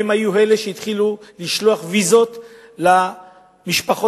והם היו אלה שהתחילו לשלוח ויזות למשפחות